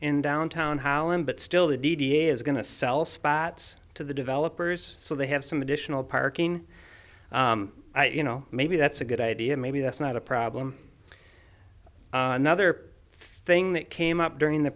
in downtown holland but still the d d a is going to sell spots to the developers so they have some additional parking you know maybe that's a good idea maybe that's not a problem another thing that came up during the